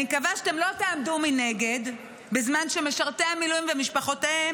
אני מקווה שלא תעמדו מנגד בזמן שמשרתי המילואים ומשפחותיהם